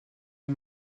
les